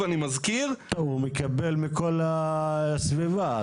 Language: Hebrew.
הוא מקבל מכל הסביבה.